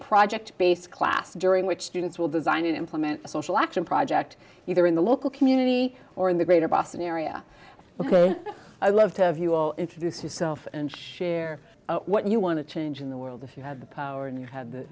project based class during which students will design and implement social action project either in the local community or in the greater boston area because i love to have you all introduce yourself and share what you want to change in the world if you have the power and you have the